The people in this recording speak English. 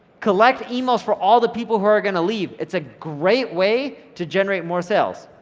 collect emails for all the people who are gonna leave. it's a great way to generate more sales.